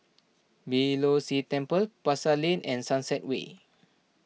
Beeh Low See Temple Pasar Lane and Sunset Way